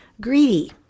Greedy